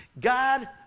God